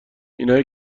اینایی